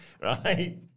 Right